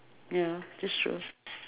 ya that's true